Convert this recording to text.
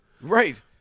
Right